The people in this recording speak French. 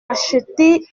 acheté